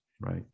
Right